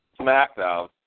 SmackDown